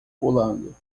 pulando